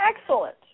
Excellent